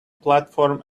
platform